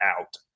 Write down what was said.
out